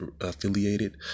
affiliated